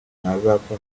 ntazapfa